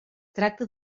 tracta